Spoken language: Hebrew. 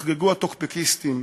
יחגגו הטוקבקיסטים,